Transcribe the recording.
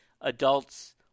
adults